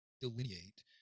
delineate